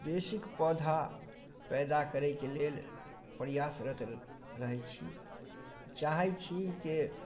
बेसी कऽ पौधा पैदा करैके लेल प्रयासरत रहै छी आओर चाहै छी कि